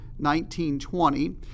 1920